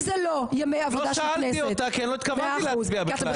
שזה לא יום עבודה של הכנסת, מה לעשות, ואתה